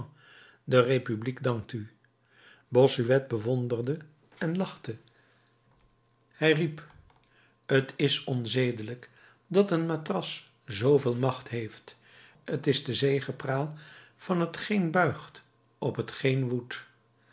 de republiek dankt u bossuet bewonderde en lachte hij riep t is onzedelijk dat een matras zooveel macht heeft t is de zegepraal van t geen buigt op t geen